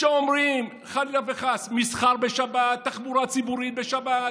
חלילה וחס: מסחר בשבת, תחבורה ציבורית בשבת,